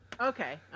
okay